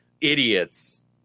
idiots